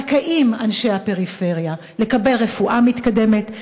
זכאים אנשי הפריפריה לקבל רפואה מתקדמת,